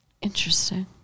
Interesting